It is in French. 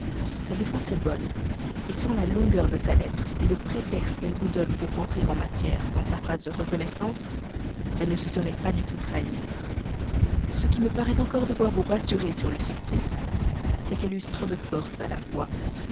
sa défense est bonne sans la longueur de sa lettre le prétexte qu'elle vous donne pour rentrer en matière dans sa phrase de reconnaissance elle ne se serait pas du tout trahie ce qui me paraît encore devoir vous rassurer sur le succès c'est qu'elle use trop de forces à la fois